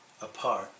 ...apart